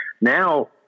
Now